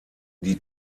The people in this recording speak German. die